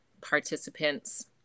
participants